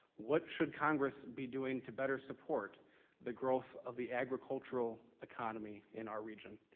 what should congress be doing to better support the growth of the agricultural economy in our region?